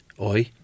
oi